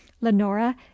lenora